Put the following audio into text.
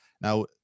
now